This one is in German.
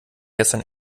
gestern